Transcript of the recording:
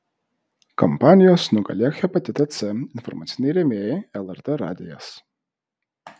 kampanijos nugalėk hepatitą c informaciniai rėmėjai lrt radijas